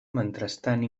mentrestant